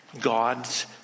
God's